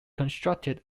constructed